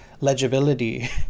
legibility